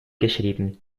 geschrieben